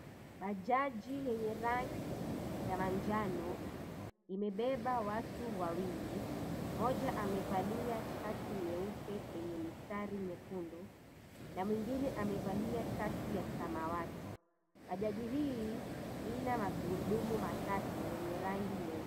Bajaji yenye rangi ya manjano imebeba watu wawili, mmoja amevalia shati nyeupe yenye rangi nyekundu na mwingine amevalia shati la samawati. Bajaji hii ina magurudumu matatu yenye rangi ya nyeusi.